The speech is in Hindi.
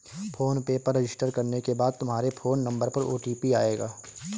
फोन पे पर रजिस्टर करने के बाद तुम्हारे फोन नंबर पर ओ.टी.पी आएगा